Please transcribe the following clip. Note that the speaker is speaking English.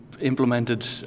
implemented